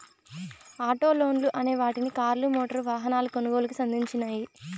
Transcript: auto లోన్లు అనే వాటిని కార్లు, మోటారు వాహనాల కొనుగోలుకి సంధించినియ్యి